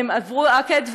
הן עברו עקד,